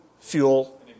fuel